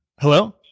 Hello